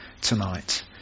tonight